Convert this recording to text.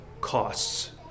costs